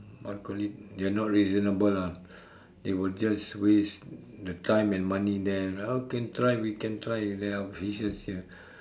how to call it they are not reasonable ah they will just waste the time and money there how can try we can try there are fishes here